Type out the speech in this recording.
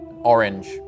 orange